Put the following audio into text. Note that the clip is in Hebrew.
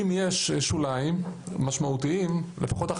מה עשיתם לפני התקבלה החלטת הממשלה, עשיתם את זה